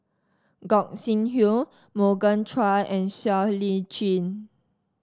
Gog Sing Hooi Morgan Chua and Siow Lee Chin